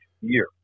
year